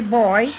boy